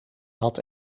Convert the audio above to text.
had